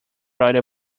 write